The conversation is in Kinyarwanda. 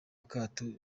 akato